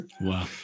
Wow